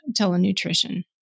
telenutrition